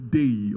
day